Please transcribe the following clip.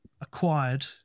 acquired